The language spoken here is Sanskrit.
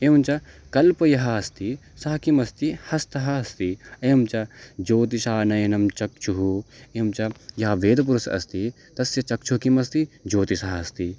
एवञ्च कल्पः यः अस्ति सः किमस्ति हस्तः अस्ति एवञ्च ज्योतिषामयनं चक्षुः एवं च यः वेदपुरुषः अस्ति तस्य चक्षुः किम् अस्ति ज्योतिषः अस्ति